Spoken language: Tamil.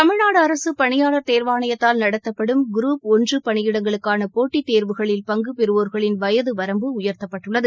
தமிழ்நாடு அரசு பணியாளர் தேர்வாணையத்தால் நடத்தப்படும் குரூப் ஒன்று பணியிடங்களுக்கான போட்டித் தேர்வுகளில் பங்குபெறுவோர்களின் வயது வரம்பு உயர்த்தப்பட்டுள்ளது